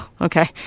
okay